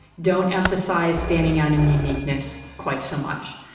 don't emphasise standing out in uniqueness quite so much,